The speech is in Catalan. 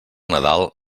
nadal